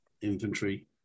infantry